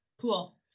Cool